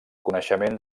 coneixement